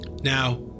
Now